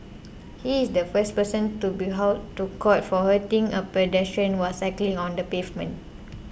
he is the first person to be hauled to court for hurting a pedestrian while cycling on the pavement